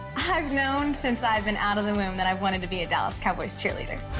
i've known since i've been out of the womb that i wanted to be a dallas cowboys cheerleader.